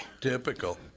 Typical